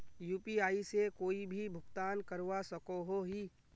UPI से कोई भी भुगतान करवा सकोहो ही?